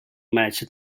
match